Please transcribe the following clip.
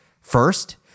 First